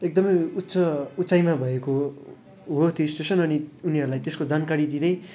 एकदमै उच्च उचाइमा भएको हो त्यो स्टेसन अनि उनीहरूलाई त्यसको जानकारी दिँदै